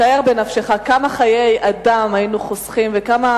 שער בנפשך כמה חיי אדם היינו חוסכים וכמה